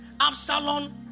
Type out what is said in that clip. Absalom